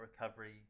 recovery